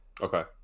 Okay